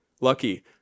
Lucky